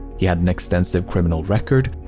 he had an extensive criminal record.